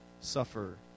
suffer